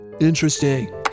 interesting